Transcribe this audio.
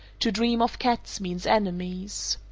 to dream of cats means enemies.